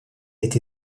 été